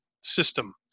system